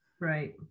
right